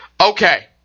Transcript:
Okay